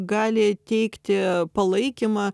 gali teikti palaikymą